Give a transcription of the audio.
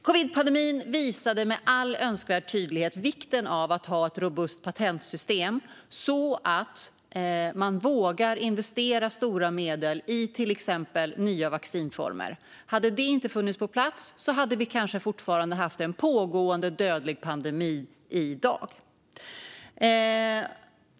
Covidpandemin visade med all önskvärd tydlighet vikten av att ha ett robust patentsystem så att man vågar investera stora medel i till exempel nya vaccinformer. Hade detta inte funnits på plats hade vi kanske fortfarande haft en pågående dödlig pandemi i dag.